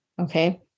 Okay